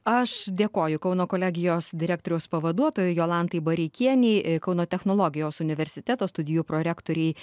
aš dėkoju kauno kolegijos direktoriaus pavaduotojai jolantai bareikienei kauno technologijos universiteto studijų prorektorei